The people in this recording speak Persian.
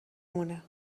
مونه